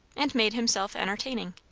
and made himself entertaining.